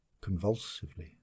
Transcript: convulsively